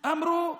אמרו: